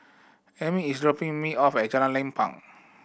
Amie is dropping me off at Jalan Lapang